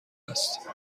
است